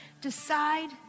decide